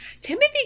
Timothy